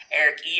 Eric